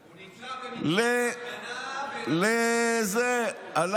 הוא נקלע במקרה להפגנה ונתנו לו דגל בראש.